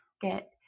get